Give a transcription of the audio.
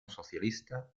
socialista